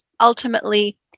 ultimately